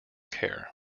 care